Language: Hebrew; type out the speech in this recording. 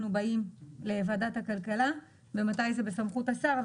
באים לוועדת הכלכלה ומתי זה בסמכות השר.